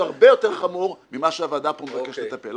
הרבה יותר חמור ממה שהוועדה פה מבקשת לטפל.